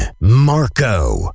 Marco